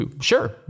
sure